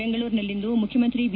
ಬೆಂಗಳೂರಿನಲ್ಲಿಂದು ಮುಖ್ಯಮಂತ್ರಿ ಬಿ